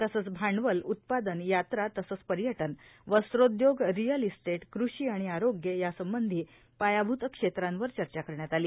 तसंच भांडवल उत्पादन यात्रा तसंच पर्यटन वस्त्रोद्योग रिअल इस्टेट कृषी आणि आरोगय संबंधी पायाभूत क्षेत्रांवर चर्चा करण्यात आली